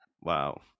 wow